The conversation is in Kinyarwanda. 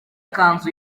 kanzu